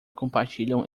compartilham